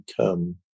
come